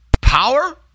Power